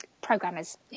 programmers